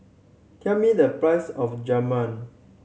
tell me the price of Jajma